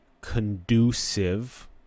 conducive